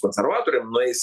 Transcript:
konservatoriam nueis